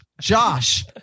Josh